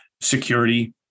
security